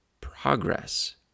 progress